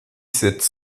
cette